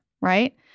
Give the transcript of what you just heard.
right